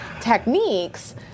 techniques